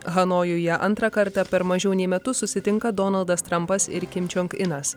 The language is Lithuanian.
hanojuje antrą kartą per mažiau nei metus susitinka donaldas trampas ir kim čiong inas